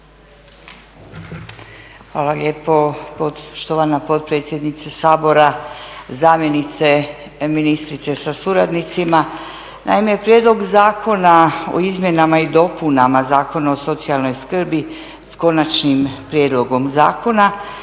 Hvala lijepo štovana potpredsjednice Sabora. Zamjenice ministrice sa suradnicima. Naime Prijedlog zakona o izmjenama i dopunama Zakona o socijalnoj skrbi s Konačnim prijedlogom zakona